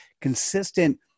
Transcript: consistent